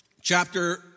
chapter